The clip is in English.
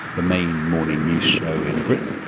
the main morning news show in britain,